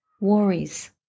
Worries